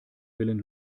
willen